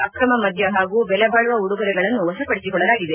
ಅಕ್ರಮ ಮದ್ಕ ಹಾಗೂ ಬೆಲೆಬಾಳುವ ಉಡುಗೊರೆಗಳನ್ನು ವಶಪಡಿಸಿಕೊಳ್ಳಲಾಗಿದೆ